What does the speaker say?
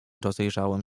rozejrzałem